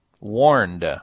warned